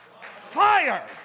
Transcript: fire